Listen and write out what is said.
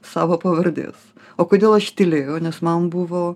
savo pavardės o kodėl aš tylėjau nes man buvo